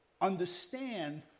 understand